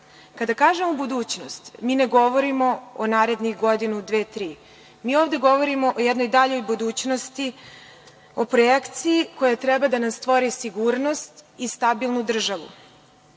Kada kažemo budućnost, mi ne govorimo o narednih godinu, dve, tri, već govorimo o jednoj daljoj budućnosti, o projekciji koja treba da nam stvori sigurnost i stabilnu državu. Ovom